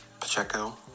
Pacheco